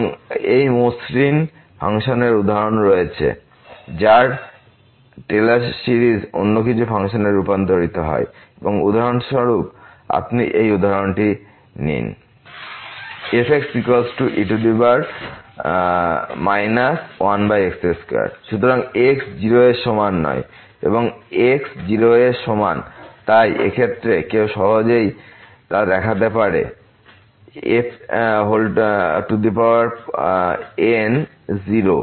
এবং এই মসৃণ ফাংশনের উদাহরণ রয়েছে রেফার টাইম 1835 যার টেলর সিরিজ অন্য কিছু ফাংশনে রূপান্তরিত হয় এবং উদাহরণস্বরূপ আপনি এই উদাহরণটি নিন fxe 1x2x≠0 0x0 সুতরাং x 0 এর সমান নয় এবং x 0 এর সমান তাই এই ক্ষেত্রে কেউ সহজেই তা দেখাতে পারে fn